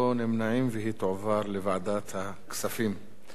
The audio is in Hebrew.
לוועדת הכספים נתקבלה.